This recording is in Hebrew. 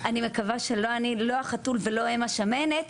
אני מקווה שאני לא החתול והם לא השמנת,